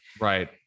right